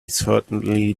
certainly